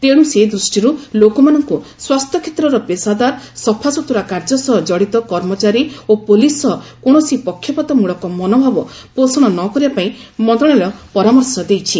ତେଣୁ ସେ ଦୃଷ୍ଟିରୁ ଲୋକମାନଙ୍କୁ ସ୍ୱାସ୍ଥ୍ୟକ୍ଷେତ୍ରର ପେଶାଦାର ସଫାସୁତୁରା କାର୍ଯ୍ୟ ସହ ଜଡ଼ିତ କର୍ମଚାରୀ ଓ ପୋଲିସ୍ ସହ କୌଣସି ପକ୍ଷପାତମ୍ଭଳକ ମନୋଭାବ ପୋଷଣ ନ କରିବା ପାଇଁ ମନ୍ତ୍ରଶାଳୟ ପରାମର୍ଶ ଦେଇଛି